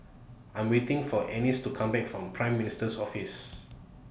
I Am waiting For Anice to Come Back from Prime Minister's Office